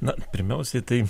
na pirmiausiai tai